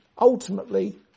Ultimately